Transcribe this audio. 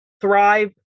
Thrive